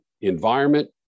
environment